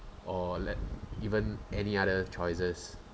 or let even any other choices